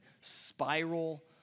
spiral